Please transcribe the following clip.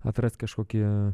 atrast kažkokį